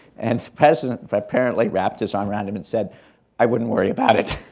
and the president apparently wrapped his arm around him and said i wouldn't worry about it.